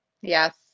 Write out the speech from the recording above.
Yes